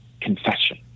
confession